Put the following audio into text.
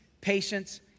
patience